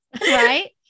Right